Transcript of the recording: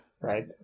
right